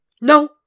No